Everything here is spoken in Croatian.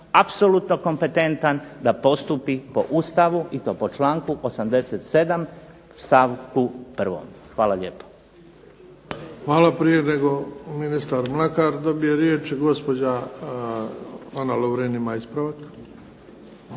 apsolutno kompetentan da postupi po ustavu i to po članku 87. stavku 1. Hvala lijepo.